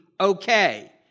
okay